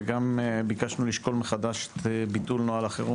וגם ביקשנו לשקול מחדש ביטול נוהל החירום